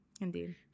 Indeed